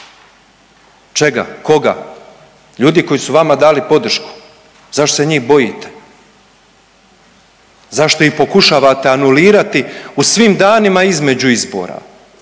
Čega? Koga? Ljudi koji su vama dali podršku? Zašto se njih bojite? Zašto ih pokušavate anulirati u svim danima između izbora?